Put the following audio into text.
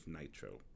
nitro